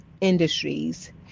industries